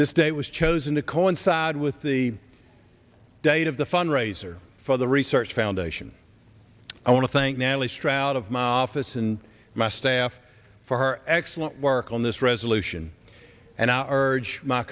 this day was chosen to coincide with the date of the fundraiser for the research foundation i want to thank natalie stroud of my office and my staff for her excellent work on this resolution and